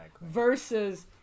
Versus